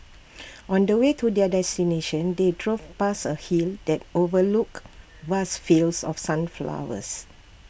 on the way to their destination they drove past A hill that overlooked vast fields of sunflowers